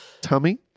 tummy